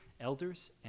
elders